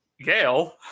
Gail